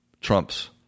Trump's